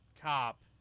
cop